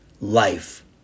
life